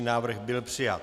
Návrh byl přijat.